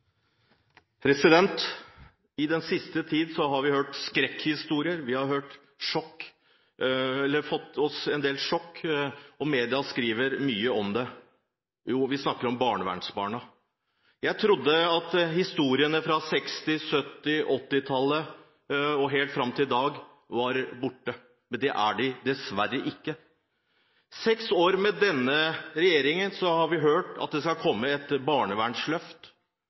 på. I den siste tiden har vi hørt skrekkhistorier. Vi har fått oss en del sjokk. Media skriver mye om det. Jo, vi snakker om barnevernsbarna. Jeg trodde at historiene fra 1960-, 1970-, 1980-tallet og helt fram til i dag var borte. Men det er de dessverre ikke. I seks år med denne regjeringen har vi hørt at det skal komme et barnevernsløft.